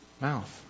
Mouth